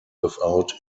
without